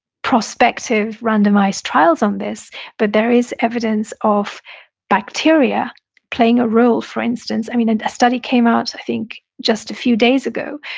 prospective randomized trials on this but there is evidence of bacteria playing a role for instance, i mean, a study came out i think just a few days ago,